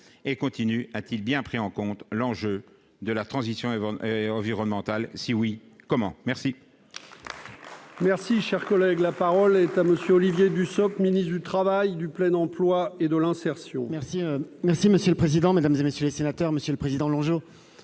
et continue, a-t-il bien pris en compte l'enjeu de la transition et environnemental si oui comment merci.